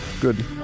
Good